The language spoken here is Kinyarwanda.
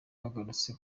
bagarutse